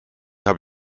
habe